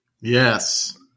Yes